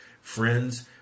friends